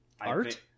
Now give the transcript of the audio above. art